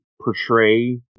portray